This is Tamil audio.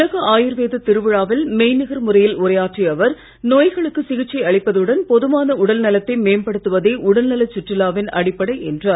உலக ஆயுர்வேத திருவிழாவில் மெய்நிகர் முறையில் உரையாற்றிய அவர் நோய்களுக்கு சிகிச்சை அளிப்பதுடன் பொதுவான உடல்நலத்தை மேம்படுத்துவதே உடல் நலச் சுற்றுலாவின் அடிப்படை என்றார்